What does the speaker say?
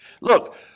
Look